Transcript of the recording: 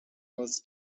was